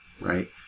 Right